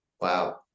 Wow